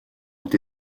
ont